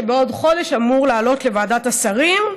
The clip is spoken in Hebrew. שבעוד חודש אמור לעלות לוועדת השרים,